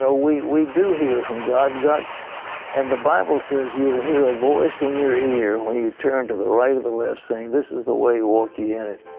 so we we do hear from god. and the bible says you'll hear a voice in your ear when you turn to the right or the left, saying this is the way. walk yee in it.